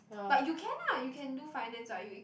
but you can ah you can do finance what you